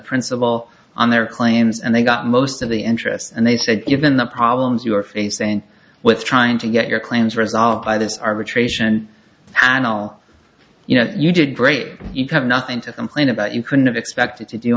all on their claims and they got most of the interest and they said given the problems you're facing with trying to get your claims resolved by this arbitration panel you know you did great he come not into complain about you couldn't have expected to do